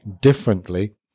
differently